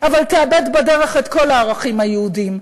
אבל תאבד בדרך את כל הערכים היהודיים.